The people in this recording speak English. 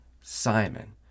Simon